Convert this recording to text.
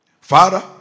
Father